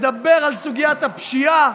מדבר על סוגיית הפשיעה,